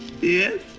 Yes